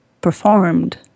performed